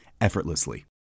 effortlessly